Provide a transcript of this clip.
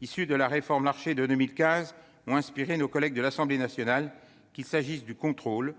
issues de la « réforme Larcher » de 2015 ont inspiré nos collègues de l'Assemblée nationale, qu'il s'agisse du contrôle